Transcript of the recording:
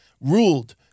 ruled